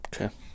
okay